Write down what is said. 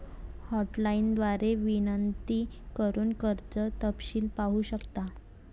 hotline द्वारे विनंती करून कर्ज तपशील पाहू शकता